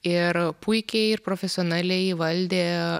ir puikiai ir profesionaliai įvaldė